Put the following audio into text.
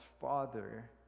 father